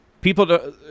People